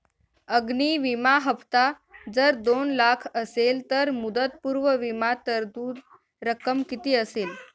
अग्नि विमा हफ्ता जर दोन लाख असेल तर मुदतपूर्व विमा तरतूद रक्कम किती असेल?